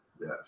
Yes